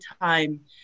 time